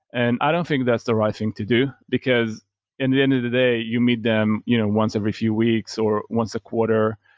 and i don't think that's the right thing to do, because in the end of the day, you meet them you know once every few weeks or once a quarter,